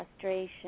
frustration